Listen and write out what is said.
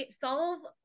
solve